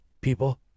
people